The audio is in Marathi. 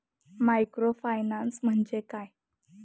मायक्रोफायनान्स म्हणजे काय?